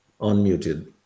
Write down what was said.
unmuted